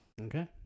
Okay